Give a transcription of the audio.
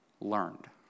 learned